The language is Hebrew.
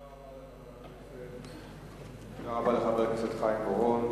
תודה רבה לחבר הכנסת חיים אורון.